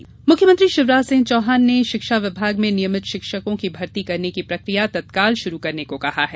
मुख्यमंत्री संबल मुख्यमंत्री शिवराज सिंह चौहान ने शिक्षा विमाग में नियमित शिक्षकों की भर्ती करने की प्रक्रिया तत्काल शुरू करने को कहा है